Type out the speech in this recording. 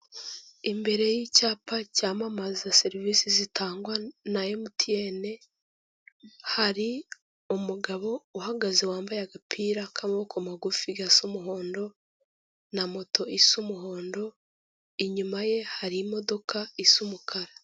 Imbere y'icyapa cyamamaza serivisi zitangwa na MTN, hari umugabo uhagaze wambaye agapira k'amaboko magufi gasa umuhondo na moto isa umuhondo, inyuma ye hari imodoka isa umukara.